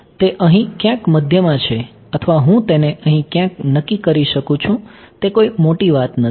તે અહી ક્યાંક મધ્ય માં છે અથવા હું તેને અહી ક્યાંક નક્કી કરી શકું છું તે કોઈ મોટી વાત નથી